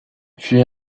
fut